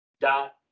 dot